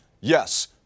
Yes